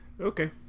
Okay